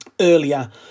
earlier